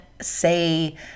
Say